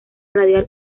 radial